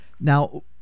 Now